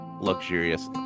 luxurious